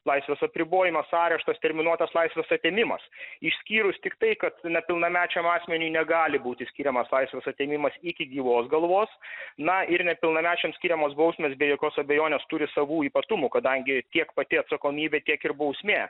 laisvės apribojimas areštas terminuotas laisvės atėmimas išskyrus tik tai kad nepilnamečiam asmeniui negali būti skiriamas laisvės atėmimas iki gyvos galvos na ir nepilnamečiams skiriamos bausmės be jokios abejonės turi savų ypatumų kadangi tiek pati atsakomybė tiek ir bausmė